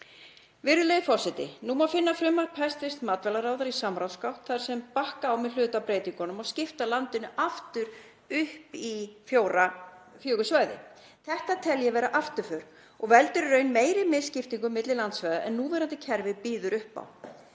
Virðulegi forseti. Nú má finna frumvarp hæstv. matvælaráðherra í samráðsgátt þar sem bakka á með hluta af breytingunum og skipta landinu aftur upp í fjögur svæði. Þetta tel ég vera afturför. Þetta veldur í raun meiri misskiptingu milli landsvæða en núverandi kerfi býður upp á.